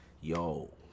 yo